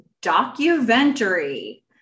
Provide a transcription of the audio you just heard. documentary